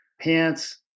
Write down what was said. pants